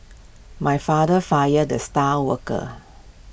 my father fired the star worker